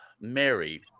Mary